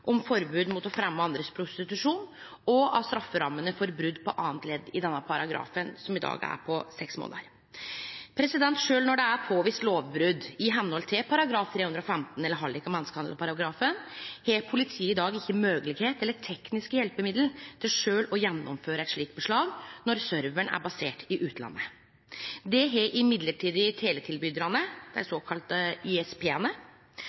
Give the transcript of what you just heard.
om forbod mot å fremje andres prostitusjon, og av strafferammene for brot på andre ledd i denne paragrafen, som i dag er på seks månader. Sjølv når det er påvist lovbrot etter § 315, hallik- og menneskehandelparagrafen, har politiet i dag ikkje moglegheit eller tekniske hjelpemiddel til sjølv å gjennomføre eit slikt beslag når serveren er basert i utlandet. Det har